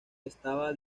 estaba